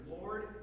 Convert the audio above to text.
Lord